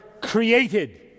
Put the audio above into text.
created